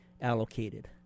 allocated